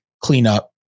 cleanup